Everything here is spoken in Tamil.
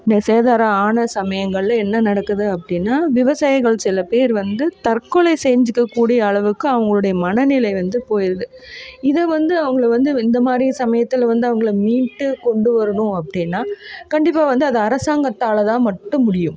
சேதாரம் ஆன சமயங்களில் என்ன நடக்குது அப்படின்னா விவசாயிகள் சில பேர் வந்து தற்கொலை செஞ்சுக்கக் கூடிய அளவுக்கு அவங்களுடைய மனநிலை வந்து போயிடுது இதை வந்து அவங்கள வந்து இந்தமாதிரி சமயத்தில் வந்து அவங்கள மீட்டு கொண்டு வரணும் அப்படின்னா கண்டிப்பாக வந்து அது அரசாங்கத்தால் தான் மட்டும் முடியும்